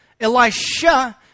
Elisha